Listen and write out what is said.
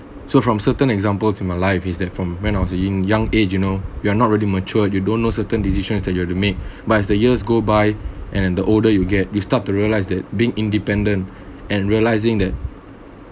so from certain example to my life is that from when I was in young age you know you are not really mature you don't know certain decisions that you have to make but as the years go by and then the older you get you start to realise that being independent and realizing that